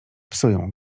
psuję